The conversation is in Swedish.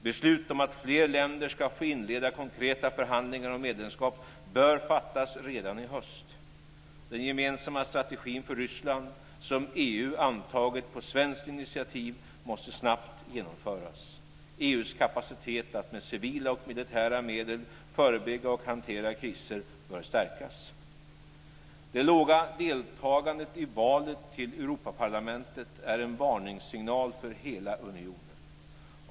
Beslut om att fler länder ska få inleda konkreta förhandlingar om medlemskap bör fattas redan i höst. Den gemensamma strategi för Ryssland som EU antagit på svenskt initiativ måste snabbt genomföras. EU:s kapacitet att med civila och militära medel förebygga och hantera kriser bör stärkas. Det låga deltagandet i valet till Europaparlamentet är en varningssignal för hela unionen.